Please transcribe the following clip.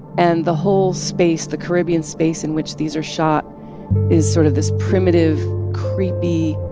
and the whole space the caribbean space in which these are shot is sort of this primitive, creepy,